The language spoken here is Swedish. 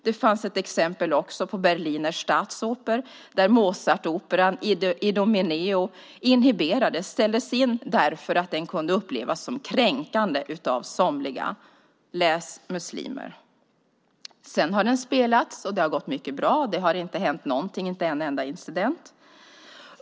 Det fanns ett annat exempel på Berliner Staatsoper där Mozartoperan Idomeneo ställdes in därför att den kunde upplevas som kränkande av somliga, läs muslimer. Senare har den spelats, och det har gått mycket bra. Det har inte hänt någonting, inte en enda incident.